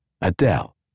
Adele